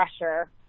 pressure